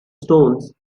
stones